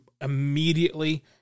immediately